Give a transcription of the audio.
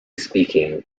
speaking